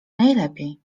najlepiej